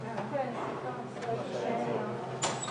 שמערכת הבריאות גם תבין את הצורך הזה של המחלימות ותכיר